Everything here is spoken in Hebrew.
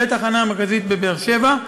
לתחנה המרכזית בבאר-שבע.